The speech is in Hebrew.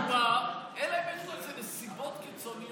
הכלל הוא שהשר בא אלא אם יש לו נסיבות קיצוניות חריגות.